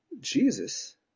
Jesus